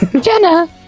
Jenna